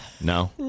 No